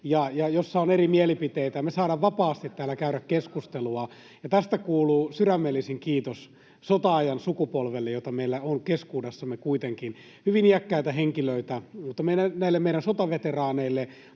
jossa on eri mielipiteitä, ja me saadaan vapaasti täällä käydä keskustelua. Tästä kuuluu sydämellisin kiitos sota-ajan sukupolvelle, jota meillä on keskuudessamme kuitenkin, hyvin iäkkäitä henkilöitä. Mutta näille meidän sotaveteraaneille,